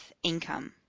income